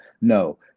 No